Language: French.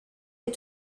est